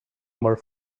more